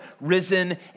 risen